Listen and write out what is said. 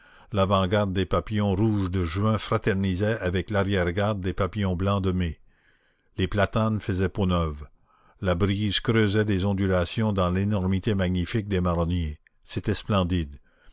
l'avant-garde des papillons rouges de juin fraternisait avec l'arrière-garde des papillons blancs de mai les platanes faisaient peau neuve la brise creusait des ondulations dans l'énormité magnifique des marronniers c'était splendide